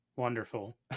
Wonderful